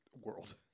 world